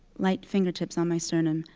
light fingertips on my sternum,